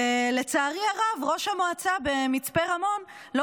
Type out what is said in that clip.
ולצערי הרב ראש המועצה במצפה רמון לא